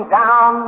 down